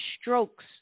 strokes